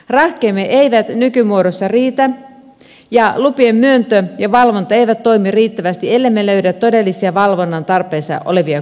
rahkeemme eivät nykymuodossa riitä ja lupien myöntö ja valvonta eivät toimi riittävästi ellemme löydä todellisia valvonnan tarpeessa olevia kohteita